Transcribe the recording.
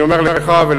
אני אומר לך ולחבריך,